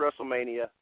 WrestleMania